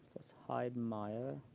let's hide maya.